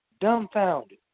dumbfounded